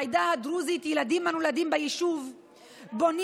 בעדה הדרוזית ילדים הנולדים ביישוב בונים